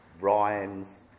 rhymes